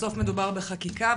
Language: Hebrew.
בסוף מדובר בחקיקה.